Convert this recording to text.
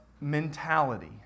mentality